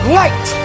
light